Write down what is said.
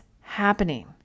happening